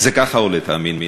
זה כך עולה, תאמינו לי.